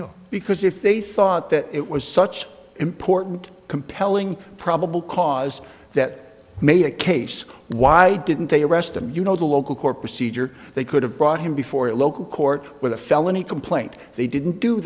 here because if they thought that it was such important compelling probable cause that made the case why didn't they arrest them you know the local court procedure they could have brought him before a local court with a felony complaint they didn't do